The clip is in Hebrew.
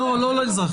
לא, לא לאזרחיה.